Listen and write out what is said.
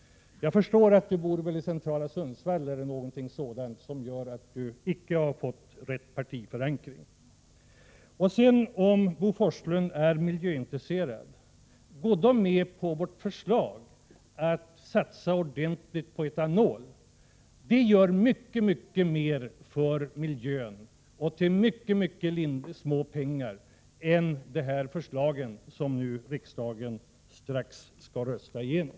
Jag förstår att det är det förhållandet att Bo Forslund bor så pass centralt som i trakterna kring Sundsvall som gör att han icke fått rätt partiförankring. Om Bo Forslund är miljöintresserad, gå då med på vårt förslag om att satsa ordentligt på etanol. Det gör mycket, mycket mer för miljön och det sker till betydligt mindre kostnader än vad som är fallet med de förslag som riksdagen strax skall rösta igenom.